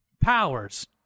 Powers